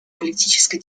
политической